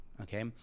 Okay